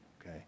okay